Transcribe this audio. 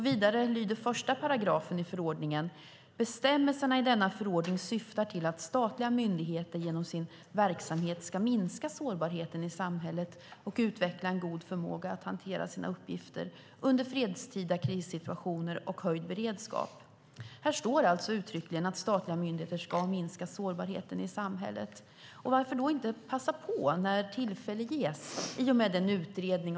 Vidare lyder den första paragrafen i förordningen: "Bestämmelserna i denna förordning syftar till att statliga myndigheter genom sin verksamhet skall minska sårbarheten i samhället och utveckla en god förmåga att hantera sina uppgifter under fredstida krissituationer och höjd beredskap." Här står alltså uttryckligen att statliga myndigheter ska minska sårbarheten i samhället. Varför då inte passa på när tillfälle ges i och med denna utredning?